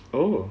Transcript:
oh